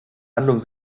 handlung